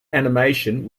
animation